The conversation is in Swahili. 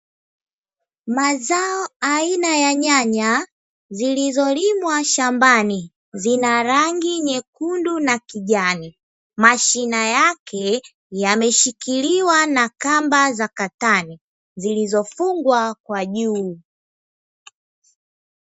Zao aina ya nyanya zilizolimwa shambani vina rangi nyekundu na kijani mashina yake yameshikiliwa na kamba za katani zilizofungwa kwa juu.